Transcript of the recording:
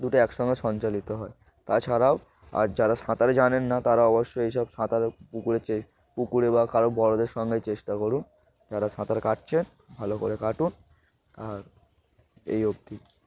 দুটো একসঙ্গে সঞ্চালিত হয় তাছাড়াও আর যারা সাঁতারে জানেন না তারা অবশ্যই এই সব সাঁতার পুকুরে যে পুকুরে বা কারো বড়দের সঙ্গে চেষ্টা করুন যারা সাঁতার কাটছেন ভালো করে কাটুন আর এই অবধি